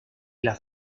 las